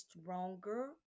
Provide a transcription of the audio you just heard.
stronger